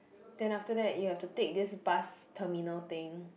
then after that you have to take this bus terminal thing